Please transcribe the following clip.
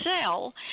sell